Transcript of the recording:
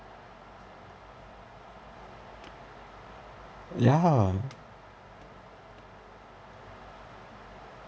yeah